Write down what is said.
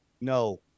No